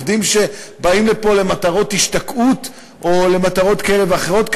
עובדים שבאים לפה למטרות השתקעות או למטרות כאלה ואחרות,